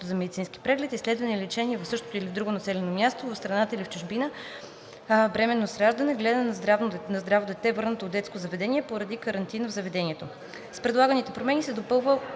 за медицински преглед; изследване или лечение в същото или в друго населено място, в страната или в чужбина, бременност и раждане; гледане на здраво дете, върнато от детско заведение поради карантина в заведението. С предлаганите промени се допълва